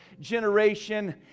generation